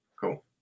Cool